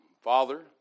Father